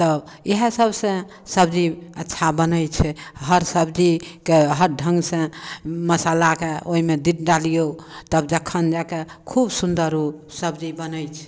तऽ इएह सभ से सब्जी अच्छा बनै छै हर सब्जीके हर ढंग से मसल्लाके ओहिमे दि डालियो तब जखन जाके खूब सुन्दर ओ सब्जी बनै छै